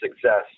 success